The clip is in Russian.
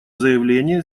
заявление